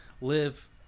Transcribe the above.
live